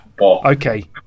okay